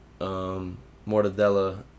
mortadella